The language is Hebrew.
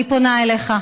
אני פונה אליך: